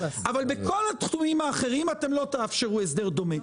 אבל בכל התחומים האחרים אתם לא תאפשרו הסדר דומה?